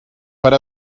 per